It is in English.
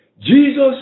Jesus